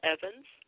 Evans